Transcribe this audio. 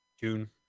June